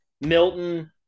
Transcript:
Milton